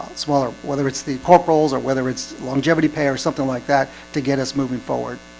smaller whether it's the pork rolls or whether it's longevity pay or something like that to get us moving forward,